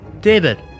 David